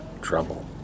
trouble